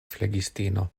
flegistino